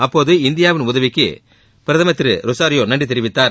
அப்போது இந்தியாவின் உதவிக்கு பிரதமர் திரு ரொசாரியோ நன்றி தெரிவித்தார்